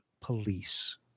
Police